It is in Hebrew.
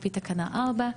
לפי תקנה 4,